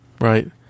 Right